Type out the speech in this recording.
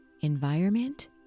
environment